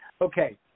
Okay